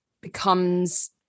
becomes